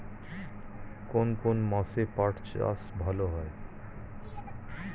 কোন কোন মাসে পাট চাষ ভালো হয়?